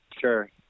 sure